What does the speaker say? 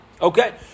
Okay